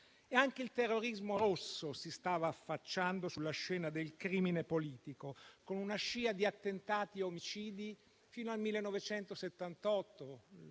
Anche il terrorismo rosso si stava affacciando sulla scena del crimine politico, con una scia di attentati e omicidi fino al 1978,